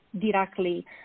directly